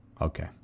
Okay